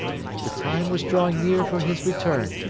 the time was drawing near for his return.